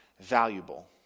valuable